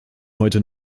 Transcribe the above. heute